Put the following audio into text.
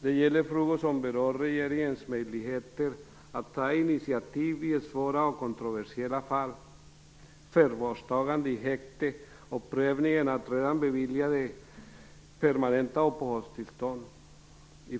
Det gäller frågor som berör regeringens möjligheter att ta initiativ i svåra och kontroversiella fall och det gäller förvarstagande i häkte och prövning av redan beviljade permanenta uppehållstillstånd.